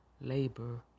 labor